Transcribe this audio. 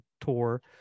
tour